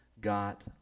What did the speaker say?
got